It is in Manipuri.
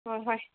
ꯍꯣꯏ ꯍꯣꯏ